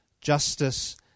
justice